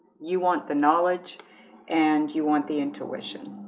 you want the knowledge and you want the intuition?